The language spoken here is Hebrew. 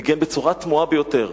מגן בצורה תמוהה ביותר,